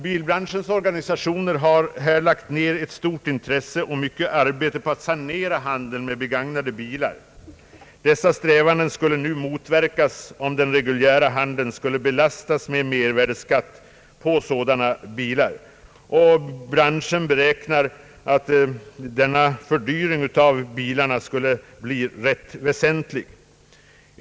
Bilbranschens organisationer har lagt ned ett stort intresse och mycket arbete på att sanera handeln med begagnade bilar. Dessa strävanden skulle nu motverkas om den reguljära handeln belastades med en mervärdeskatt på sådana bilar. Branschen beräknar att denna fördyring av bilarna skulle bli väsentlig.